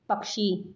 पक्षी